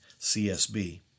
CSB